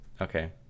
Okay